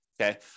okay